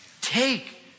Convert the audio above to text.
Take